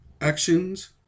Actions